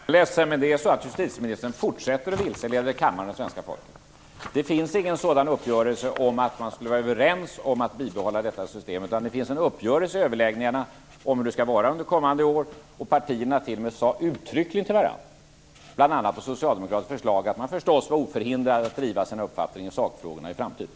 Fru talman! Jag är ledsen, men jag måste säga att justitieministern fortsätter att vilseleda kammaren och svenska folket. Det finns ingen sådan uppgörelse. Man är inte överens om att bibehålla detta system. Det gjordes en uppgörelse under överläggningarna om hur det skall vara under kommande år. Partierna sade uttryckligen till varandra, bl.a. på Socialdemokraternas förslag, att man förstås är oförhindrad att driva sin uppfattning i sakfrågorna i framtiden.